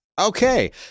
Okay